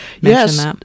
Yes